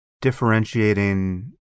differentiating